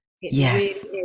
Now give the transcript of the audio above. yes